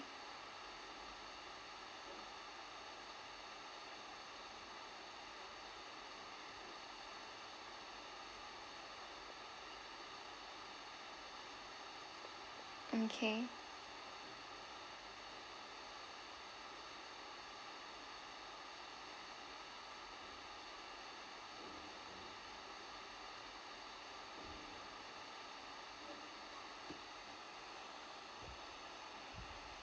okay